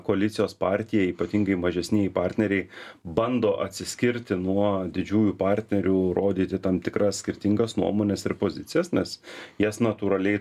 koalicijos partija ypatingai mažesnieji partneriai bando atsiskirti nuo didžiųjų partnerių rodyti tam tikras skirtingas nuomones ir pozicijas nes jas natūraliai